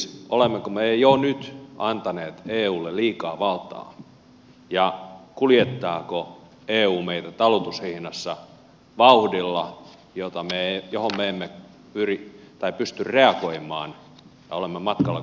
olemmeko me jo nyt antaneet eulle liikaa valtaa ja kuljettaako eu meitä talutushihnassa vauhdilla johon me emme pysty reagoimaan ja olemmeko matkalla kohti liittovaltiota